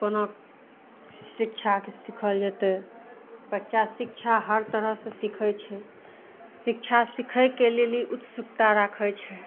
कोना शिक्षाके सिखाओल जेतय बच्चा शिक्षा हर तरहसँ सिखय छै शिक्षा सिखयके लेल ई उत्सुकता राखय छै